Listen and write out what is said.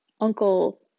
uncle